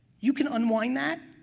you can unwind that,